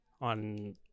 on